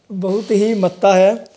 ਬਹੁਤ ਹੀ ਮਹੱਤਤਾ ਹੈ